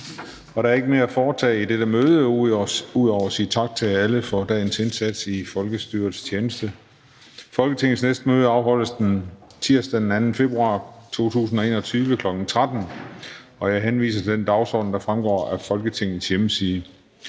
Der er ikke mere foretage i dette møde ud over at sige tak til alle for dagens indsats i folkestyrets tjeneste. Folketingets næste møde afholdes tirsdag den 2. februar 2021, kl. 13.00. Jeg henviser til den dagsorden, der fremgår af Folketingets hjemmeside.